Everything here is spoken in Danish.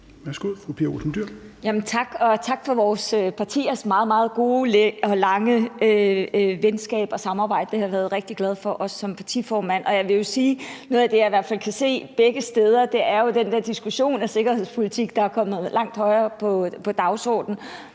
tak for vores partiers meget, meget gode og lange venskab og samarbejde – det har jeg været rigtig glad for, også som partiformand. Og jeg vil sige, at noget af det, jeg i hvert fald kan se begge steder, jo er den der diskussion af sikkerhedspolitik, der er kommet langt højere op på dagsordenen.